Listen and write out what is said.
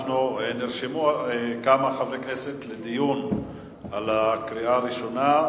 נרשמו כמה חברי כנסת לדיון בקריאה הראשונה.